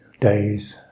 days